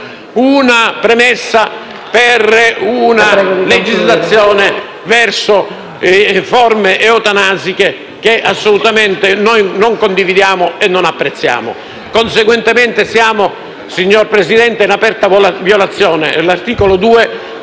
una premessa per una legislazione verso forme eutanasiche che assolutamente noi non condividiamo e non apprezziamo. Conseguentemente, signora Presidente, siamo in aperta violazione dell'articolo 2,